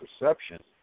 perception